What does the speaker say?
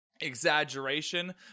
exaggeration